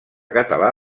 català